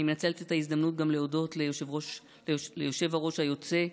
אני מנצלת את ההזדמנות גם להודות ליושב-ראש היוצא,